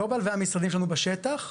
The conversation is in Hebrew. הגלובאל והמשרדים שלנו בשטח,